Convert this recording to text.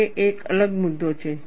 તે એક અલગ મુદ્દો છે